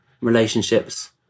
relationships